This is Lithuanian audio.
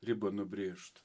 ribą nubrėžt